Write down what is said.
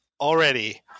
already